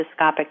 endoscopic